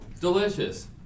delicious